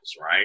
right